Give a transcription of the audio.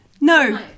No